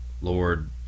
Lord